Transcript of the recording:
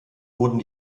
wurden